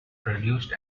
produced